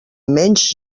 menys